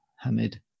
Hamid